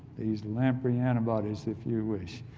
these lappreyantibodies if you wish?